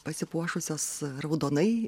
pasipuošusios raudonai